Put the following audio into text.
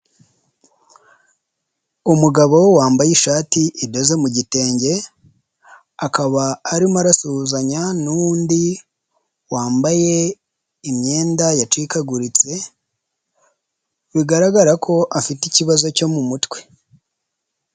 Umugabo we wambaye ishati idoze mu gitenge, akaba arimo arasuhuzanya n'undi wambaye imyenda yacikaguritse, bigaragara ko afite ikibazo cyo mu mutwe.